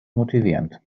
motivierend